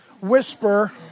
whisper